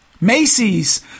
Macy's